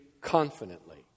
confidently